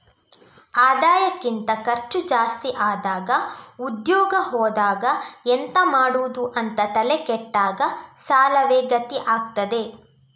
ಆದಾಯಕ್ಕಿಂತ ಖರ್ಚು ಜಾಸ್ತಿ ಆದಾಗ ಉದ್ಯೋಗ ಹೋದಾಗ ಎಂತ ಮಾಡುದು ಅಂತ ತಲೆ ಕೆಟ್ಟಾಗ ಸಾಲವೇ ಗತಿ ಆಗ್ತದೆ